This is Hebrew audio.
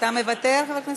אתה מוותר, חבר הכנסת?